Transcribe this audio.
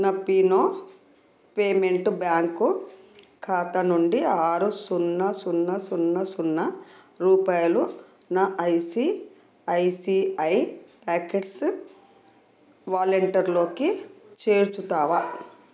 నా Fino payment bank ఖాతా నుండి ఆరు సున్నా సున్నా సున్నా సున్నా రూపాయలు నా ఐసిఐసిఐ ప్యాకెట్స్ వాళ్లేంటర్లోకి చేర్చుతావా